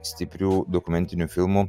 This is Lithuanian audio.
stiprių dokumentinių filmų